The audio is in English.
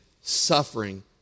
suffering